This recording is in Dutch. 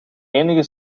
enige